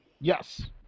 yes